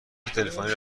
تلفنی